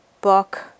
book